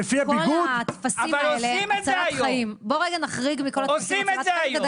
מכל הטפסים האלה הצלת חיים -- עושים את זה היום.